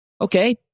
okay